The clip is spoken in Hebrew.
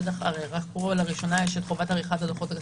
עד פה לא היתה חובה כזאת.